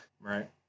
Right